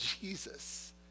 Jesus